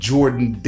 Jordan